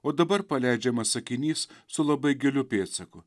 o dabar paleidžiamas sakinys su labai giliu pėdsaku